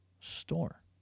store